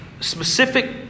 specific